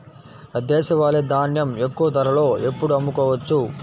దేశవాలి ధాన్యం ఎక్కువ ధరలో ఎప్పుడు అమ్ముకోవచ్చు?